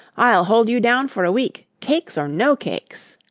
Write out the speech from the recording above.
i'll hold you down for a week, cakes or no cakes.